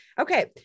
Okay